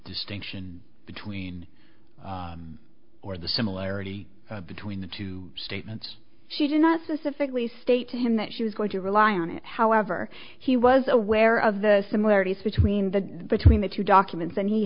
distinction between or the similarity between the two statements she did not specifically state to him that she was going to rely on it however he was aware of the similarities between the between the two documents and he